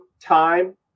time